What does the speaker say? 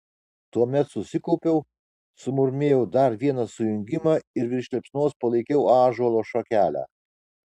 tuomet susikaupiau sumurmėjau dar vieną sujungimą ir virš liepsnos palaikiau ąžuolo šakelę